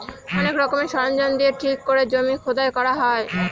অনেক রকমের সরঞ্জাম দিয়ে ঠিক করে জমি খোদাই করা হয়